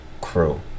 crew